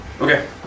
Okay